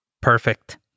Perfect